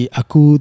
aku